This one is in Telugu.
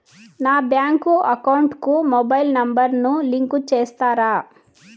నా బ్యాంకు అకౌంట్ కు మొబైల్ నెంబర్ ను లింకు చేస్తారా?